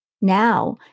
Now